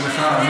סליחה.